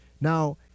now